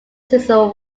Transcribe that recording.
season